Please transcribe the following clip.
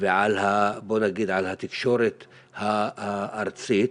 ועל התקשורת הארצית,